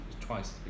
twice